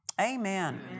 Amen